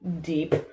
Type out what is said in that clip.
deep